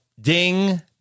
ding